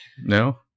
No